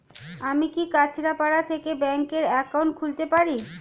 আমি কি কাছরাপাড়া থেকে ব্যাংকের একাউন্ট খুলতে পারি?